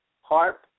Harp